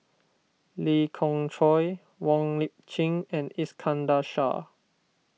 Lee Khoon Choy Wong Lip Chin and Iskandar Shah